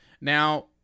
now